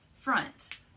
front